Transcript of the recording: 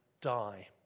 die